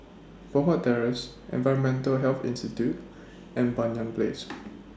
Poh Huat Terrace Environmental Health Institute and Banyan Place